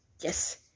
Yes